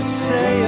say